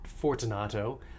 Fortunato